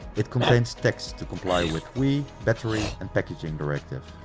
it contains texts to comply with weee, battery and packaging directive.